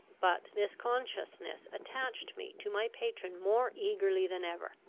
but this consciousness attached me to my patron more eagerly than ever,